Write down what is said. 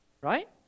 Right